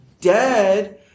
dead